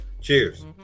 cheers